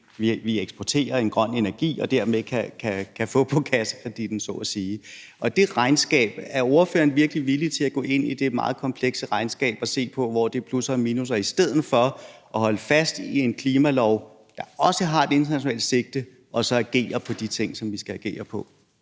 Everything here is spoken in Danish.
vi eksporterer en grøn energi og dermed kan få på kassekreditten, så at sige. Og er ordføreren virkelig villig til at gå ind i det meget komplekse regnskab og se på, hvor der er plus og minus, i stedet for at holde fast i en klimalov, der også har et internationalt sigte – og så agere på de ting, som vi skal agere på?